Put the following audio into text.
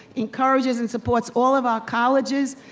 encourages and supports all of our colleges,